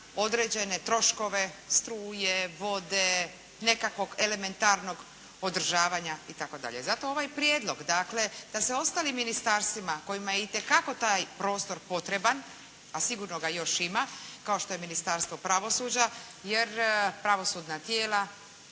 određene troškove struje, vode, nekakvog elementarnog održavanja itd. Zato ovaj prijedlog dakle da se ostalim ministarstvima kojima je itekako taj prostor potreban, a sigurno ga još ima kao što je Ministarstvo pravosuđa jer pravosudna tijela